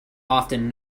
often